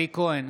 אלי כהן,